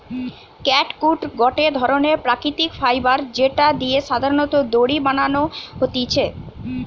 catgut গটে ধরণের প্রাকৃতিক ফাইবার যেটা দিয়ে সাধারণত দড়ি বানানো হতিছে